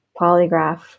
polygraph